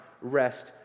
rest